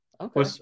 Okay